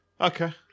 Okay